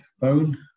phone